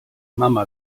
mama